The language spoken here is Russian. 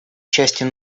частью